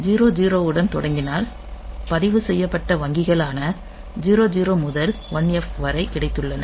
00 உடன் தொடங்கினால் பதிவுசெய்யப்பட்ட வங்கிகளான 00 முதல் 1F வரை கிடைத்துள்ளன